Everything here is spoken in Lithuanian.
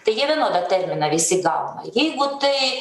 tai jie vienodą terminą visi gauna jeigu tai